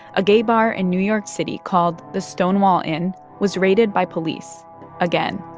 a gay bar in new york city called the stonewall inn was raided by police again.